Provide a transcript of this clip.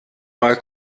mal